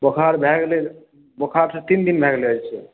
बोखार भए गेलए बोखारसँ तीन दिन भए गेलए अछि